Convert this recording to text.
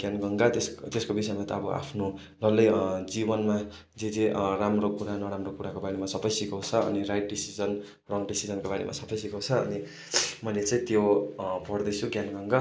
ज्ञानगङ्गा त्यसको विषयमा त अब आफ्नो डल्लै जीवनमा जे जे राम्रो कुरा नराम्रो कुराको बारेमा सबै सिकाउँछ अनि राइट डिसिजन रङ डिसिजनको बारेमा सबै सिकाउँछ अनि मैले चाहिँ त्यो पढ्दैछु ज्ञानगङ्गा